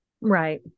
right